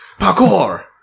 parkour